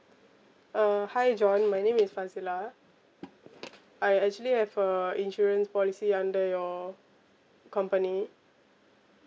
uh hi john my name is fazilah I actually have a insurance policy under your company